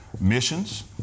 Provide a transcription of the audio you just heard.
Missions